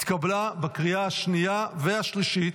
התקבלה בקריאה השנייה והשלישית,